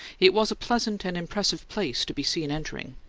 it was a pleasant and impressive place to be seen entering,